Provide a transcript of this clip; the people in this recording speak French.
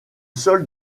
sol